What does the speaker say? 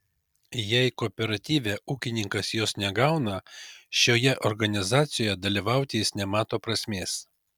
jei kooperatyve ūkininkas jos negauna šioje organizacijoje dalyvauti jis nemato prasmės